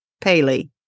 Paley